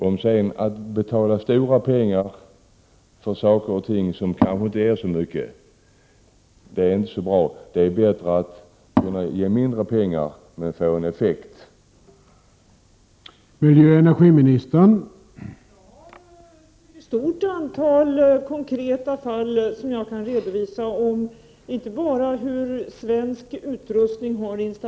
Om vi sedan betalar stora pengar för saker och ting som kanske inte ger så mycket är det inte bra. Det är då bättre att ge mindre pengar men få en större effekt.